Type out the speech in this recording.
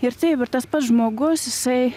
ir taip ir tas pats žmogus jisai